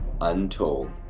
untold